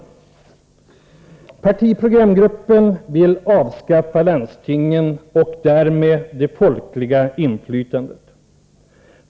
Partiprogramgruppen vill avskaffa landstingen och därmed det folkliga inflytandet.